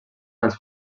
als